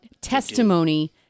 testimony